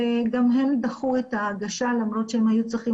גם הם דחו את ההגשה למרות שהם היו צריכים